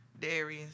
Darius